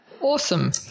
Awesome